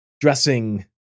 dressing